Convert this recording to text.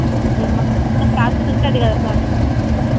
మేము మాకు ప్రాసెస్ ఉంటుంది కదా సార్